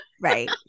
Right